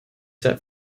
set